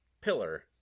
pillar